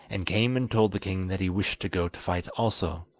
and came and told the king that he wished to go to fight also.